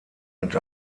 mit